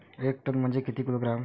एक टन म्हनजे किती किलोग्रॅम?